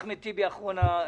אחמד טיבי, אחרון.